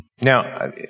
Now